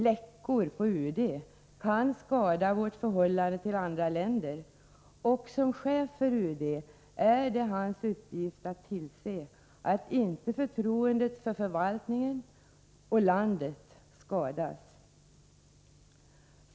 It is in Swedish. ”Läckor” på UD kan skada vårt förhållande till andra länder, och som chef för UD är det utrikesministerns uppgift att tillse att inte förtroendet för förvaltningen och landet skadas.